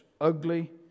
ugly